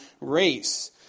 race